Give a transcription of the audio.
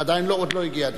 עדיין לא הגיע אליהם.